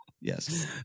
Yes